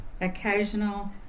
occasional